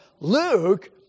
Luke